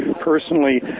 personally